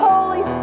Holy